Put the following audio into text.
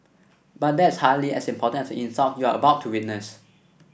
but that's hardly as important as the insult you are about to witness